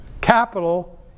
Capital